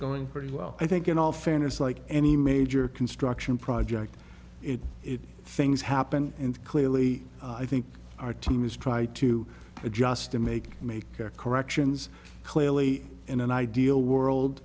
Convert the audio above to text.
going pretty well i think in all fairness like any major construction project it things happen and clearly i think our team is try to adjust to make make corrections clearly in an ideal world